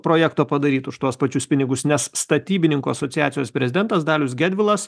projekto padaryt už tuos pačius pinigus nes statybininkų asociacijos prezidentas dalius gedvilas